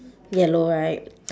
yellow right